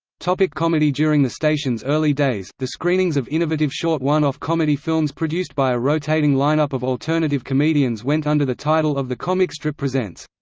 comedy during the station's early days, the screenings of innovative short one-off comedy films produced by a rotating line-up of alternative comedians went under the title of the comic strip presents.